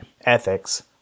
ethics